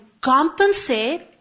compensate